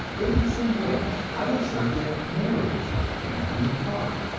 in the same way i assert that marriage can be taught,